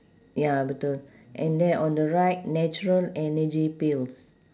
ya betul and then on the right natural energy pills